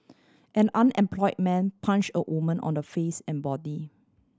an unemployed man punched a woman on the face and body